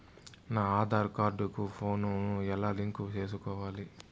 నా ఆధార్ కార్డు కు ఫోను ను ఎలా లింకు సేసుకోవాలి?